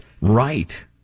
right